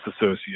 associate